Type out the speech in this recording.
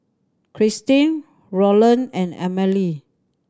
Kristyn Rolland and Amalie